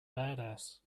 badass